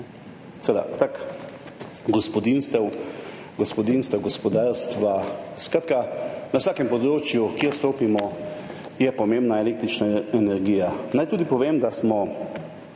dotika, tako gospodinjstev, gospodarstva, skratka na vsakem področju, na katerega stopimo, je pomembna električna energija. Naj tudi povem, da od